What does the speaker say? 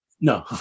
no